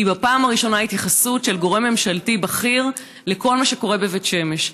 היא בפעם הראשונה התייחסות של גורם ממשלתי בכיר לכל מה שקורה בבית שמש.